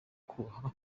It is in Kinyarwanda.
kubaha